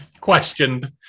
questioned